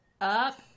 up